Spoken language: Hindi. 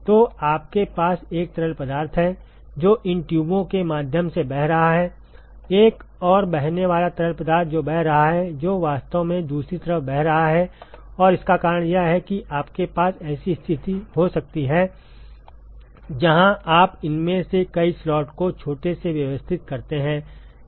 तो आपके पास एक तरल पदार्थ है जो इन ट्यूबों के माध्यम से बह रहा है एक और बहने वाला तरल पदार्थ जो बह रहा है जो वास्तव में दूसरी तरफ बह रहा है और इसका कारण यह है कि आपके पास ऐसी स्थिति हो सकती है जहां आप इनमें से कई स्लॉट को छोटे से व्यवस्थित करते हैं